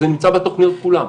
וזה נמצא בתוכניות כולן,